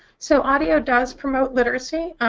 so audio does promote literacy.